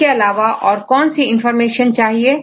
इसके अलावा और कौन सी इनफार्मेशन चाहिए